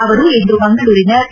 ಅವರು ಇಂದು ಮಂಗಳೂರಿನ ಕೆ